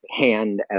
hand